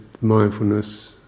mindfulness